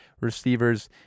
receivers